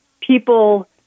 people